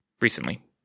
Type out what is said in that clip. recently